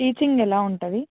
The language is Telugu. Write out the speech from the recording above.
టీచింగ్ ఎలా ఉంటుంది